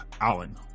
Alan